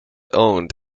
owned